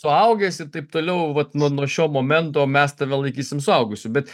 suaugęs ir taip toliau vat nuo nuo šio momento mes tave laikysim suaugusiu bet